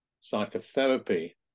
psychotherapy